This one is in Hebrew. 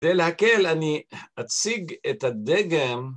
כדי להקל, אני אציג את הדגם.